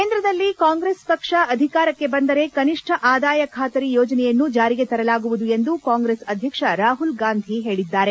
ಕೇಂದ್ರದಲ್ಲಿ ಕಾಂಗ್ರೆಸ್ ಪಕ್ಷ ಅಧಿಕಾರಕ್ಕೆ ಬಂದರೆ ಕನಿಷ್ಣ ಆದಾಯ ಖಾತರಿ ಯೋಜನೆಯನ್ನು ಜಾರಿಗೆ ತರಲಾಗುವುದು ಎಂದು ಕಾಂಗ್ರೆಸ್ ಅಧ್ಯಕ್ಷ ರಾಹುಲ್ ಗಾಂಧಿ ಹೇಳಿದ್ದಾರೆ